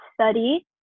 study